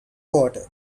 water